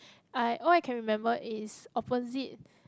I what I can remember is opposite